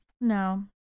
No